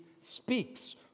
speaks